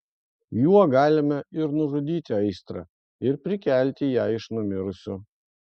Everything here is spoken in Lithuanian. juo galime ir nužudyti aistrą ir prikelti ją iš numirusių